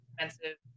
expensive